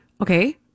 Okay